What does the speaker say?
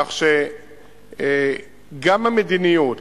לפיכך, המדיניות